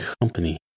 company